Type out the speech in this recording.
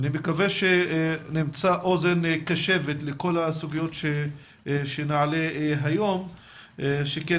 אני נקווה שנמצא אוזן קשבת לכל הסוגיות שנעלה היום שכן